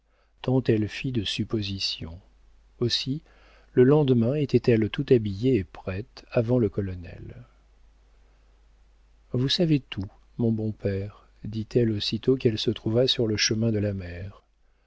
elle fit de suppositions aussi le lendemain était-elle tout habillée et prête avant le colonel vous savez tout mon bon père dit-elle aussitôt qu'elle se trouva sur le chemin de la mer